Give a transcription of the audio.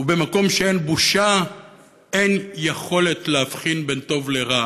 ובמקום שאין בושה אין יכולת להבחין בין טוב לרע.